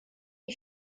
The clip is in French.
les